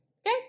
Okay